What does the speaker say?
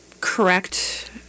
correct